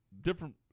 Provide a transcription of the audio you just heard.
different